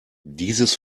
dieses